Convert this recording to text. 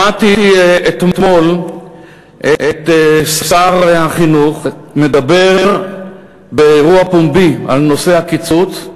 שמעתי אתמול את שר החינוך מדבר באירוע פומבי על נושא הקיצוץ.